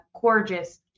gorgeous